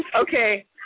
Okay